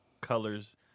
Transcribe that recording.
colors